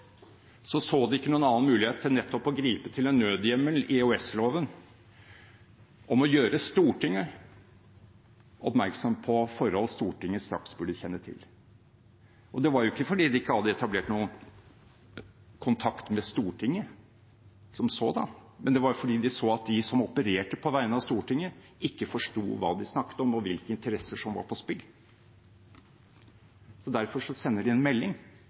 så de ikke noen annen mulighet enn nettopp å gripe til en nødhjemmel i EOS-loven om å gjøre Stortinget oppmerksom på forhold Stortinget straks burde kjenne til. Det var ikke fordi de ikke hadde etablert noen kontakt med Stortinget som sådan, men fordi de så at de som opererte på vegne av Stortinget, ikke forsto hva de snakket om, og hvilke interesser som sto på spill. Derfor sender de en melding